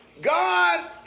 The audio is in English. God